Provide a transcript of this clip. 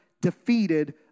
defeated